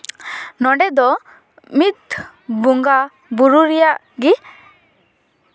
ᱱᱚᱰᱮ ᱫᱚ ᱢᱤᱫ ᱵᱚᱸᱜᱟ ᱵᱳᱨᱳ ᱨᱮᱭᱟᱜ ᱜᱮ